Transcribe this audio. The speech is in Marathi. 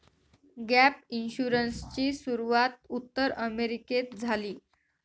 गॅप इन्शुरन्सची सुरूवात उत्तर अमेरिकेत झाली